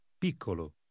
Piccolo